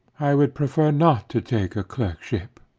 i would prefer not to take a clerkship,